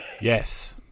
yes